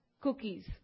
cookies